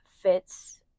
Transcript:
fits